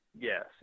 yes